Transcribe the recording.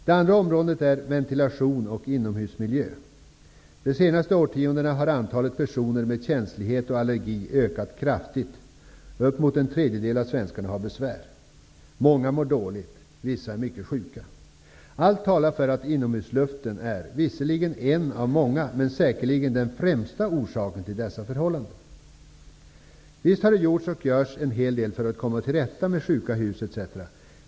Det andra området är ventilation och inomhusmiljö. De senaste årtiondena har antalet personer med känslighet och allergi ökat kraftigt. Uppemot en tredjedel av svenskarna har besvär. Många mår dåligt, vissa är mycket sjuka. Allt talar för att inomhusluften är, visserligen en av många, men säkerligen den främsta, orsaken till dessa förhållanden. Visst har det gjorts och görs en hel del för att komma till rätta med sjuka hus etc.